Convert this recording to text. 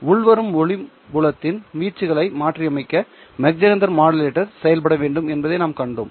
உள்வரும் ஒளி புலத்தின் வீச்சுகளை மாற்றியமைக்க மாக் ஜஹெண்டர் மாடுலேட்டர் செயல்பட வேண்டும் என்பதை நாம் கண்டோம்